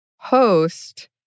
host